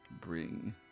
bring